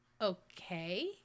Okay